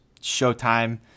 showtime